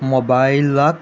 mobile lock